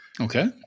Okay